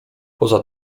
poza